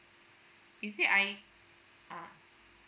is it I ah